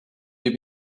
you